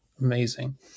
amazing